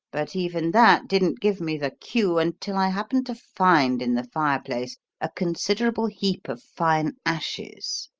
but even that didn't give me the cue, until i happened to find in the fireplace a considerable heap of fine ashes,